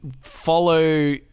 follow